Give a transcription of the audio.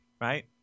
right